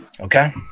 Okay